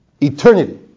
Eternity